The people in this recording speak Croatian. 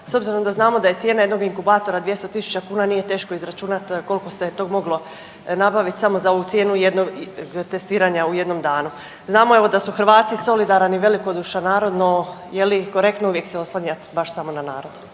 S obzirom da znamo da je cijena jednog inkubatora 200 tisuća kuna nije teško izračunati koliko se tog moglo nabavit samo za ovu cijenu jednog testiranja u jednom danu. Znamo evo da su Hrvati solidaran i velikodušan narod, no je li korektno uvijek se oslanjat baš samo na narod.